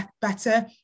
better